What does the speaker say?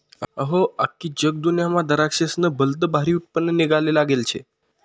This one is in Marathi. अहो, आख्खी जगदुन्यामा दराक्शेस्नं भलतं भारी उत्पन्न निंघाले लागेल शे